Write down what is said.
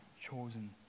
chosen